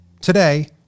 Today